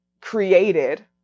created